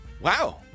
Wow